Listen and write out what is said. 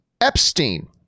Epstein